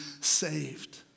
saved